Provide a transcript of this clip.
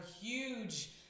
huge